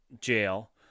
jail